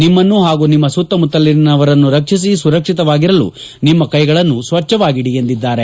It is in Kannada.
ನಿಮನ್ನು ಹಾಗೂ ನಿಮ್ಮ ಸುತ್ತಮುತ್ತಲಿನವರನ್ನು ರಕ್ಷಿಸಿ ಸುರಕ್ಷಿತವಾಗಿರಲು ನಿಮ್ಮ ಕೈಗಳನ್ನು ಸ್ವಚ್ಛವಾಗಿಡಿ ಎಂದಿದ್ದಾರೆ